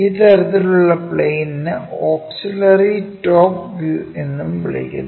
ഈ തരത്തിലുള്ള പ്ലെയിനിനു ഓക്സിലറി ടോപ് വ്യൂ എന്നും വിളിക്കുന്നു